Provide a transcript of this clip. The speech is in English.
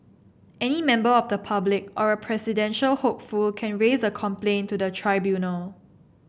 any member of the public or a presidential hopeful can raise a complaint to the tribunal